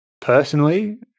personally